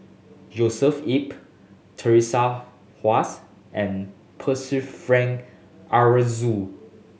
Joshua Ip Teresa Hsu and Percival Frank Aroozoo